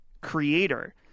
creator